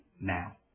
now